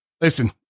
listen